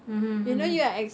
mm mm mm mm